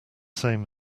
same